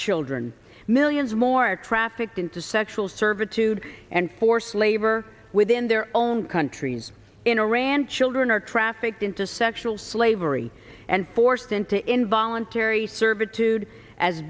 children millions more are trafficked into sexual servitude food and forced labor within their own countries in iran children are trafficked into sexual slavery and forced into involuntary servitude as